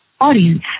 audience